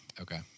Okay